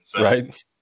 Right